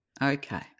Okay